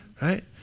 right